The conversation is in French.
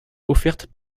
offertes